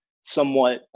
somewhat